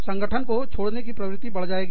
संगठन को छोड़ने की प्रवृत्ति बढ़ जाएगी